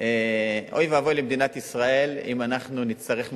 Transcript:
אוי ואבוי למדינת ישראל אם אנחנו נצטרך,